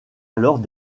alors